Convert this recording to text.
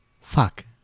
Fuck